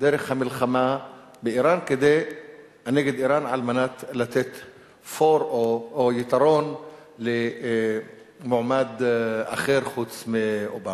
דרך המלחמה נגד אירן על מנת לתת "פור" או יתרון למועמד אחר חוץ מאובמה.